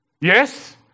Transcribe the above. Yes